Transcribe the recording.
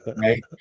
right